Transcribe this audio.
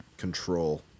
control